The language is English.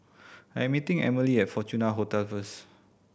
I am meeting Emilee at Fortuna Hotel first